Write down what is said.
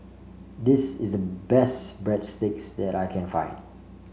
this is the best Breadsticks that I can find